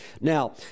now